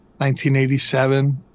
1987